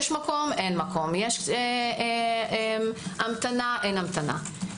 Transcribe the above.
יש מקום, אין מקום, יש המתנה, אין המתנה.